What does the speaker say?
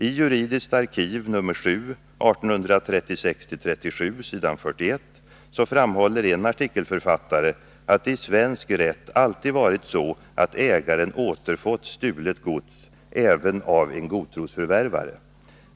IT Juridiskt Arkif, VII, 1836-37, s. 41, framhåller en artikelförfattare att det i svensk rätt alltid varit så att ägaren återfått stulet gods, även av en godtrosförvärvare.